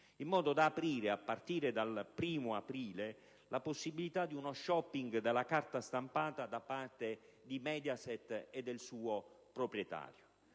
in modo da aprire, a partire dal 1° aprile, la possibilità di uno *shopping* della carta stampata da parte di Mediaset e del suo proprietario,